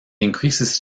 increases